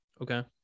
okay